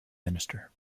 minister